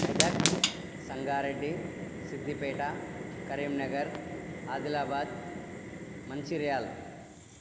Medak Sangareddy Siddipet Karimnagar Adilabad Mancherial